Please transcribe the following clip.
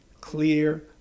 clear